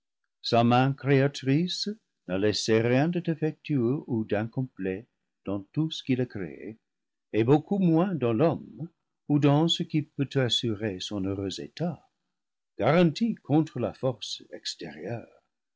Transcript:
créatrice n'a laissé rien de défectueux ou d'incomplet dans tout ce qu'il a créé et beauce coup moins dans l'homme ou dans ce qui peut assurer son heureux état garanti contre la force extérieure